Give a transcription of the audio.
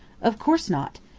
of course not.